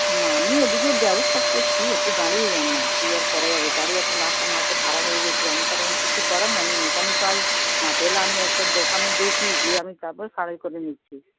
না আমি এদিকে ব্যবস্থা করছি একটু দাঁড়িয়ে যান না কি আর করা যাবে গাড়ি এখন রাস্তার মাঝে খারাপ হয়ে গেছে আমার তা এখন কিছু করেন আমি মেকানিক পাই না পেলে আমি একটা দোকানে দেখি যেয়ে আমি তারপর সারাই করে নিচ্ছি